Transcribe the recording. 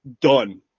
done